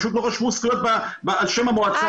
פשוט לא רשמו זכויות על שם המועצה.